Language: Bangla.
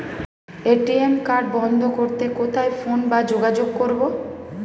এ.টি.এম কার্ড বন্ধ করতে কোথায় ফোন বা যোগাযোগ করব?